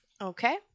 Okay